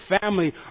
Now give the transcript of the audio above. family